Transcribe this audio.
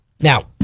Now